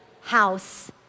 house